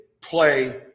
play